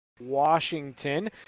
Washington